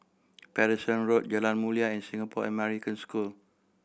Paterson Road Jalan Mulia and Singapore American School